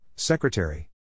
Secretary